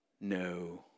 No